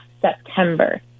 September